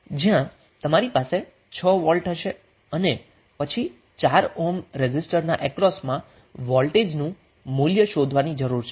જ્યાં તમારી પાસે 6 વોલ્ટ હશે અને પછી 4 ઓહ્મ રેઝિસ્ટરના અક્રોસમા વોલ્ટેજનું મૂલ્ય શોધવાની જરૂર છે